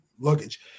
luggage